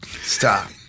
Stop